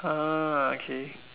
ah okay